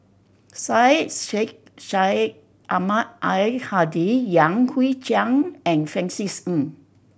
Syed Sheikh Syed Ahmad Al Hadi Yan Hui Chang and Francis Ng